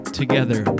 together